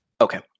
Okay